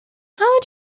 how